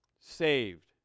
saved